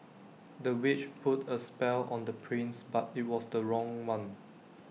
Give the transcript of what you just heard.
the witch put A spell on the prince but IT was the wrong one